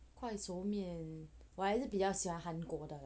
快熟面我还是比较喜欢韩国